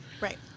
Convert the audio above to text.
right